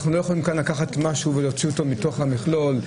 אנחנו לא יכולים לקחת משהו ולהוציא אותו מתוך המכלול.